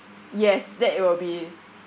yes that will be